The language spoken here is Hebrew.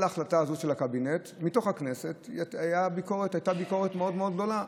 על ההחלטה הזאת של הקבינט הייתה מתוך הכנסת ביקורת מאוד מאוד גדולה.